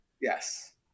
Yes